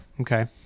Okay